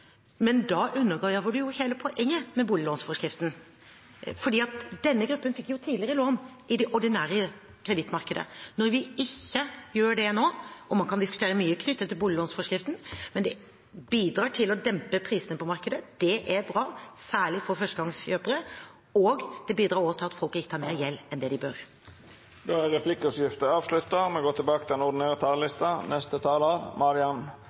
Men da undergraver hun hele poenget med boliglånsforskriften, for denne gruppen fikk jo tidligere lån i det ordinære kredittmarkedet. Nå gjør de ikke det. Man kan diskutere mye knyttet til boliglånsforskriften, men den bidrar til å dempe prisene i markedet, og det er bra, særlig for førstegangskjøpere. Og den bidrar også til at folk ikke tar opp mer gjeld enn det de bør. Replikkordskiftet er avslutta. Dei talarane som heretter får ordet, har ei taletid på inntil 3 minutt. Jeg har til